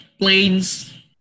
planes